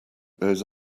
those